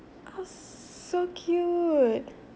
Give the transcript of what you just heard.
so cute